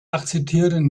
akzeptieren